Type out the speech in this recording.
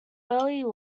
early